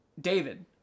David